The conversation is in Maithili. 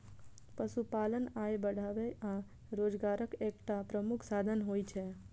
पशुपालन आय बढ़ाबै आ रोजगारक एकटा प्रमुख साधन होइ छै